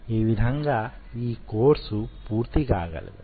ఈ విధంగా ఈ కోర్సు పూర్తి కాగలదు